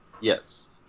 Yes